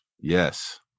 Yes